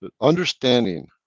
Understanding